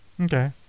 Okay